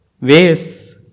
vase